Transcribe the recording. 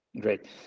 great